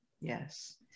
yes